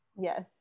Yes